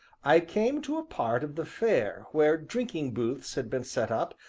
i came to a part of the fair where drinking-booths had been set up,